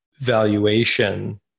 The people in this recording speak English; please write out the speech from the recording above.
valuation